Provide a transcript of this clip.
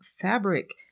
fabric